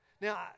Now